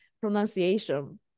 pronunciation